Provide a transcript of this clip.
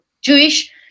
Jewish